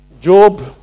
Job